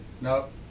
Nope